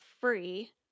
free